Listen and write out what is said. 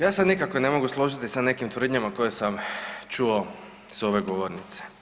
Ja se nikako ne mogu složiti sa nekim tvrdnjama koje sam čuo s ove govornice.